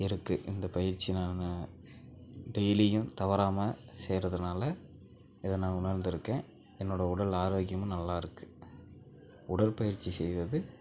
இருக்குது இந்த பயிற்சி நான் டெய்லியும் தவறாமல் செய்றதுனால் இதை நான் உணர்ந்திருக்கேன் என்னோடய உடல் ஆரோக்கியமும் நல்லாயிருக்கு உடற்பயிற்சி செய்வது